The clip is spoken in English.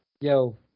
Yo